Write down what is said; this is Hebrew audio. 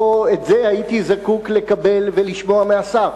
לא את זה הייתי זקוק לקבל ולשמוע מהשר.